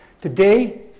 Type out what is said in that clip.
Today